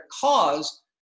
cause